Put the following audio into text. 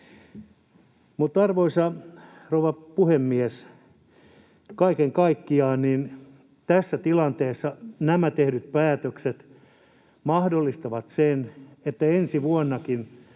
Mutta, arvoisa rouva puhemies, kaiken kaikkiaan tässä tilanteessa nämä tehdyt päätökset mahdollistavat sen, että ensi vuonnakin